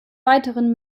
weiteren